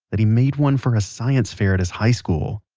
that he made one for a science fair at his high school.